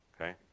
Okay